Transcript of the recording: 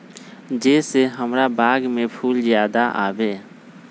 जे से हमार बाग में फुल ज्यादा आवे?